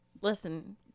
Listen